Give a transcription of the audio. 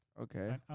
Okay